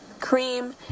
cream